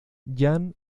jan